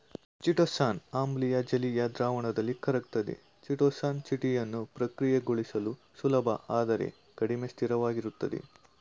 chitosan ಆಮ್ಲೀಯ ಜಲೀಯ ದ್ರಾವಣದಲ್ಲಿ ಕರಗ್ತದೆ ಚಿಟೋಸಾನ್ ಚಿಟಿನನ್ನು ಪ್ರಕ್ರಿಯೆಗೊಳಿಸಲು ಸುಲಭ ಆದರೆ ಕಡಿಮೆ ಸ್ಥಿರವಾಗಿರ್ತದೆ